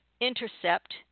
intercept